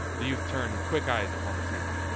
the youth turned quick eyes upon the field.